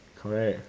correct